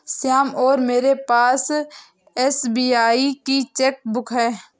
श्याम और मेरे पास एस.बी.आई की चैक बुक है